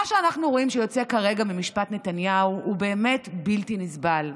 מה שאנחנו רואים שיוצא כרגע ממשפט נתניהו הוא באמת בלתי נסבל.